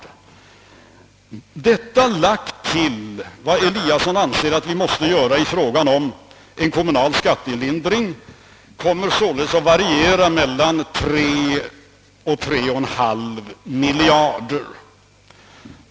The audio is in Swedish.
Om detta läggs till vad herr Eliasson anser att vi måste göra i fråga om kommunal skattelindring kommer summan att variera mellan 3 och 3!/2 miljarder.